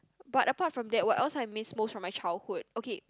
but apart from that what else I miss most from my childhood okay